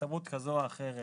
בהסתברות כזו או אחרת,